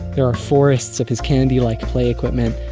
there are forests of his candy like play equipment,